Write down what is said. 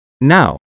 Now